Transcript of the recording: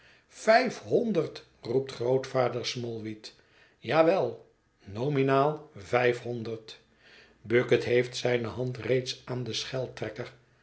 vijfhonderd roept grootvader smallweed ja wel nominaal vijfhonderd bucket heeft zijne hand reeds aan den